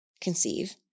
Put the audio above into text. conceive